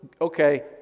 Okay